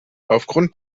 aufgrund